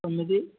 తొమ్మిది